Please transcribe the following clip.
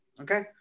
okay